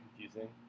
confusing